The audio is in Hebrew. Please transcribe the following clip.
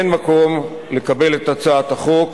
אין מקום לקבל את הצעת החוק,